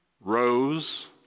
rose